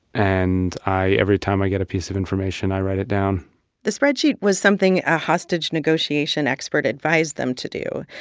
and i every time i get a piece of information, i write it down the spreadsheet was something a hostage negotiation expert advised them to do.